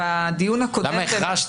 וקיבלנו את הזימון לדיון הזה ביום חמישי